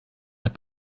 hat